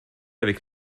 avec